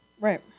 Right